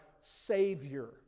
savior